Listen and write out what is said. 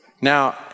Now